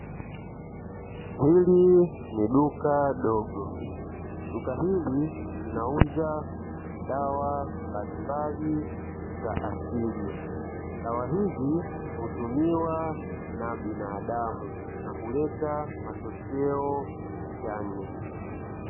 Hili ni duka dogo. Duka hili linauza dawa mbalimbali za asili. Dawa hizi hutumiwa na binadamu na huleta matokeo chanya.